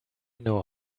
know